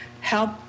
help